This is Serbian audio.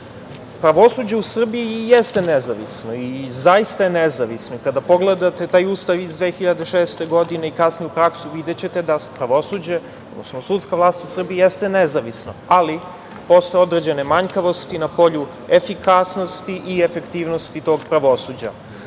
društvo. Pravosuđe u Srbiji i jeste nezavisno i zaista je nezavisno i kada pogledate taj Ustav iz 2006. godine i kasniju praksu videćete da pravosuđe, odnosno sudska vlas u Srbiji jeste nezavisno, ali postoje određene manjkavosti na polju efikasnosti i efektivnosti tog pravosuđa.